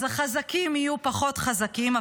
אז החזקים יהיו פחות חזקים,